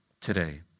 today